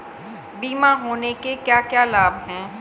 बीमा होने के क्या क्या लाभ हैं?